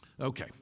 Okay